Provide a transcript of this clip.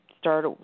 start